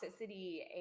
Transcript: toxicity